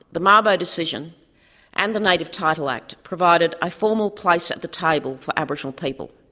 the mabo decision and the native title act provided a formal place at the table for aboriginal people.